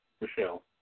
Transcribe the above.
Michelle